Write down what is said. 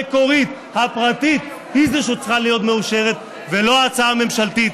אבל, לזה שבתקשורת ובאופוזיציה השיח הוא רדוד,